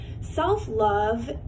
self-love